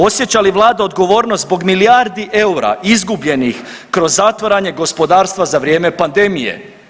Osjeća li vlada odgovornost zbog milijardi eura izgubljenih kroz zatvaranje gospodarstva za vrijeme pandemije?